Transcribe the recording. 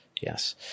Yes